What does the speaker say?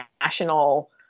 national